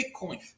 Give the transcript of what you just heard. Bitcoin